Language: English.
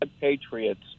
Patriots